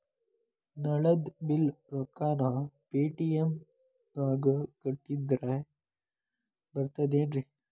ನಳದ್ ಬಿಲ್ ರೊಕ್ಕನಾ ಪೇಟಿಎಂ ನಾಗ ಕಟ್ಟದ್ರೆ ಬರ್ತಾದೇನ್ರಿ?